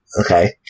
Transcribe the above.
Okay